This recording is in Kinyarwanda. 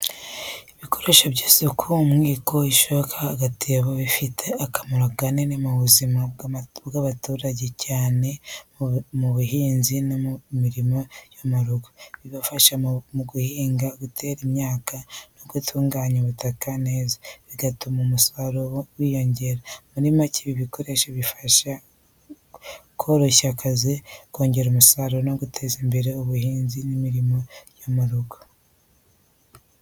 Ibikoresho nk’isuka, umwiko, ishoka, n’agatebo bifite akamaro kanini mu buzima bw’abaturage cyane mu buhinzi no mu mirimo yo mu rugo. Bifasha mu guhinga, gutera imyaka, no gutunganya ubutaka neza, bigatuma umusaruro wiyongera. Muri make, ibi bikoresho bifasha koroshya akazi, kongera umusaruro no guteza imbere ubuhinzi n’imirimo yo mu rugo.